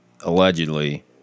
allegedly –